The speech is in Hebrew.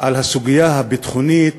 על הסוגיה הביטחונית